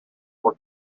were